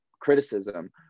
criticism